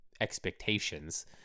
expectations